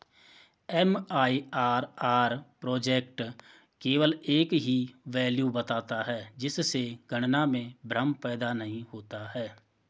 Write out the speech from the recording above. MIRR project केवल एक ही वैल्यू बताता है जिससे गणना में भ्रम पैदा नहीं होता है